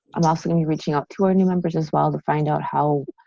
i'm also gonna be reaching out to our new members as well to find out how